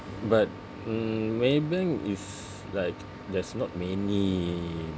but mm Maybank is like there's not many